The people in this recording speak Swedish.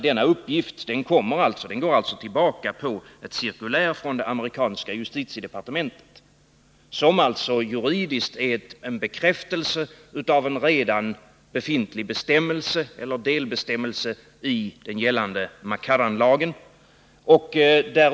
Denna uppgift går tillbaka på ett cirkulär från det amerikanska justitiedepartementet och är alltså juridiskt en bekräftelse på en redan befintlig bestämmelse eller delbestämmelse i den gällande MacCarran-lagen.